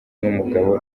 n’umugabo